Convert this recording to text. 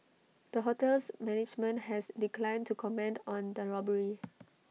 the hotel's management has declined to comment on the robbery